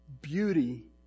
Beauty